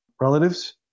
relatives